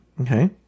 Okay